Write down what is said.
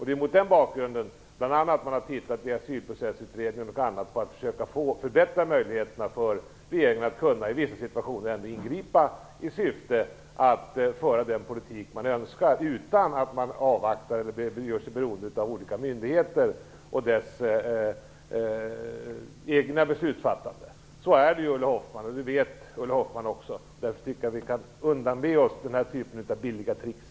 Det är bl.a. mot den bakgrunden som Asylprocessutredningen har tittat på att försöka förbättra möjligheterna för regeringen att i vissa situationer kunna ingripa i syfte att föra den politik man önskar utan att avvakta eller göra sig beroende av olika myndigheter och deras beslutsfattande. Så är det, Ulla Hoffmann, och det vet Ulla Hoffmann. Därför tycker jag att vi kan undanbe oss den här typen av billiga tricks.